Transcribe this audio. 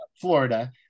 Florida